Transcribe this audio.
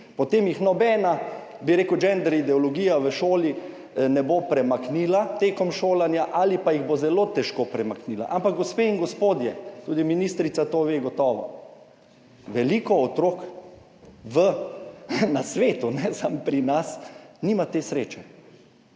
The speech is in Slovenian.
potem jih nobena gender ideologija v šoli ne bo premaknila med šolanjem ali pa jih bo zelo težko premaknila, ampak, gospe in gospodje, tudi ministrica to gotovo ve, veliko otrok na svetu, ne samo pri nas, nima te sreče,